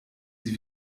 sie